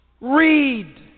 read